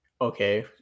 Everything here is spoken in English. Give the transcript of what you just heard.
okay